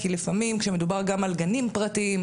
כי לפעמים כשמדובר גם על גנים פרטיים,